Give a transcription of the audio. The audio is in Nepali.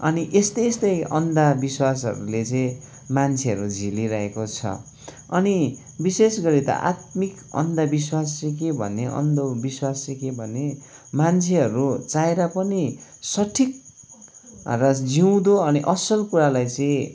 अनि यस्तै यस्तै अन्धविश्वासहरूले चाहिँ मान्छेहरू झेलिरहेको छ अनि विशेष गरी त आत्मिक आन्धविश्वास चाहिँ के भने अन्धविश्वास चाहिँ के भने मान्छेहरू चाहेर पनि सठिक र जिउँदो अनि असल कुरालाई चाहिँ